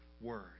word